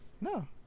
No